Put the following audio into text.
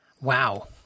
Wow